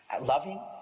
loving